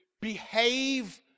behave